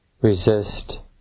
resist